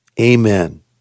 Amen